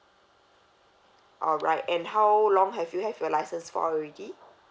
alright and how long have you have your license for already